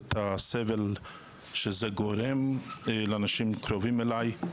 את הסבל שזה גורם לאנשים קרובים אליי.